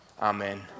Amen